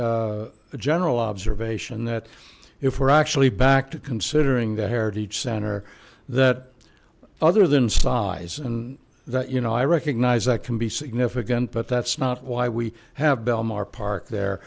bet a general observation that if we're actually back to considering the hared each center that other than size and that you know i recognize that can be significant but that's not why we have bellmawr park there